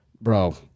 Bro